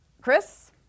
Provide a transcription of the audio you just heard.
Chris